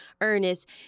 Ernest